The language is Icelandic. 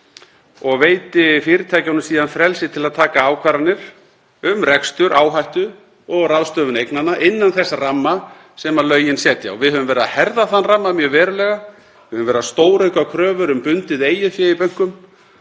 og veiti fyrirtækjunum síðan frelsi til að taka ákvarðanir um rekstur, áhættu og ráðstöfun eignanna innan þess ramma sem lögin setja. Við höfum verið að herða þann ramma mjög verulega. Við höfum verið að stórauka kröfur um bundið eigið fé í bönkum